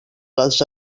les